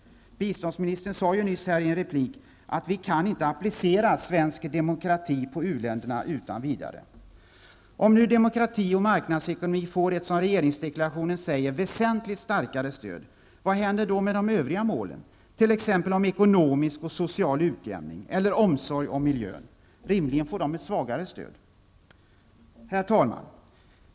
Biståndsministern sade ju nyss att vi inte kan applicera svensk demokrati på u-länderna utan vidare. Om nu demokrati och marknadsekonomi får ett, som regeringsdeklarationen säger, ''väsentligt starkare stöd'', vad händer då med de övriga målen t.ex. ekonomisk och social utjämning eller omsorg om miljön? De får då rimligen ett svagare stöd. Herr talman!